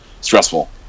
stressful